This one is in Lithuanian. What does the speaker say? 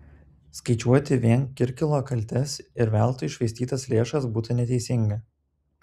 skaičiuoti vien kirkilo kaltes ir veltui iššvaistytas lėšas būtų neteisinga